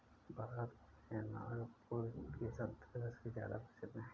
भारत में नागपुर के संतरे सबसे ज्यादा प्रसिद्ध हैं